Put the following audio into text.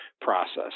process